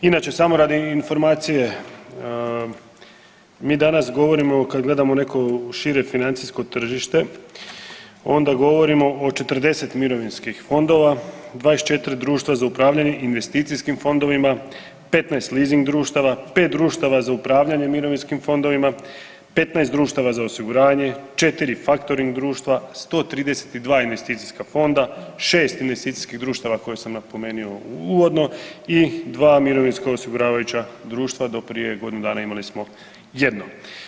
Inače samo radi informacije mi danas govorimo kad gledamo neko šire financijsko tržište onda govorimo o 40 mirovinskih fondova, 24 društva za upravljanje investicijskim fondovima, 15 leasing društava, 5 za upravljanje mirovinskim fondovima, 15 društava za osiguranje, 4 faktoring društva, 132 investicijska fonda, 6 investicijskih društava koje sam napomenio uvodno i 2 mirovinska osiguravajuća društva do prije godinu dana imali smo jedno.